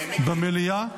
במליאה?